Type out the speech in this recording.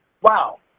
wow